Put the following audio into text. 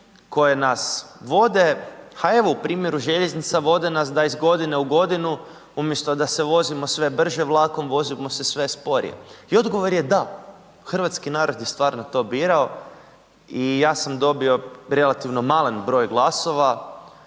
koje nas vode, ha evo, u primjeru željeznica vode nas da iz godine u godinu, umjesto da se vozimo sve brže vlakom, vozimo se sve sporije. I odgovor je da, hrvatski narod je stvarno to birao i ja sam dobio relativno malen broj glasova